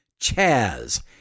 Chaz